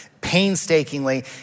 painstakingly